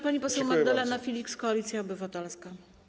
Pani poseł Magdalena Filiks, Koalicja Obywatelska.